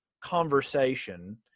conversation